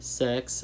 sex